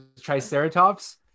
triceratops